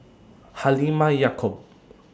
Halimah Yacob